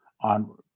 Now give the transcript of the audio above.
on